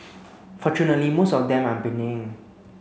fortunately most of them are benign